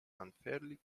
unfairly